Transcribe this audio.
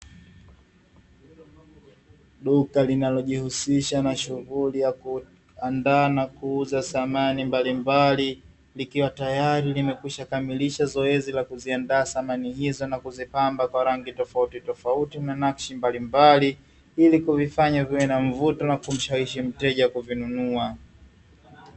Duka linalojihusisha na shughuli ya kuandaa na kuuza samani mbalimbali, ikiwa tayari limekwisha kamilisha zoezi la kuziandaa samani hizo, na kuzipamba kwa rangi tofautitofauti na naksi mbalimbali, ili kuvifanya viwe na mvuto na kumshawishi mteja kuvinunua.